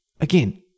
again